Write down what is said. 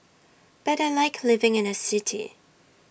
but I Like living in A city